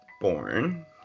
born